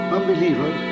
Unbeliever